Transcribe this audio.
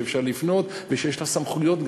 שאפשר לפנות ושיש לה גם סמכויות.